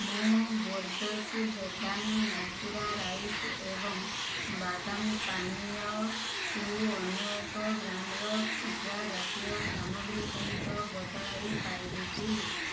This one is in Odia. ମୁଁ ବୋର୍ଜ୍ସ୍ ଭେଗାନ୍ ନ୍ୟାଚୁରା ରାଇସ୍ ଏବଂ ବାଦାମ ପାନୀୟକୁ ଅନ୍ୟ ଏକ ବ୍ରାଣ୍ଡର ପିଜ୍ଜା ଜାତୀୟ ସାମଗ୍ରୀ ସହିତ ବଦଳାଇ ପାରିବି କି